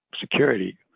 security